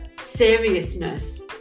seriousness